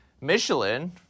Michelin